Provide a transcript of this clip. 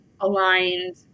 aligned